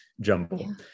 jumble